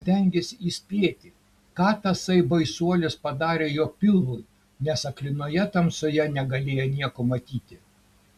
stengėsi įspėti ką tasai baisuolis padarė jo pilvui nes aklinoje tamsoje negalėjo nieko matyti